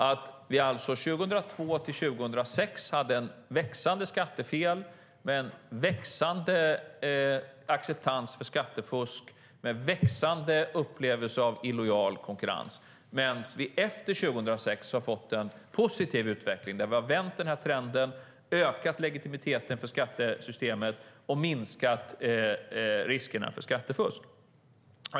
Vi hade alltså 2002-2006 ett växande skattefel, en växande acceptans av skattefusk och en växande upplevelse av illojal konkurrens. Efter 2006 har vi fått en positiv utveckling. Vi har vänt trenden, ökat legitimiteten för skattesystemet och minskat riskerna för skattefusk.